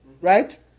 right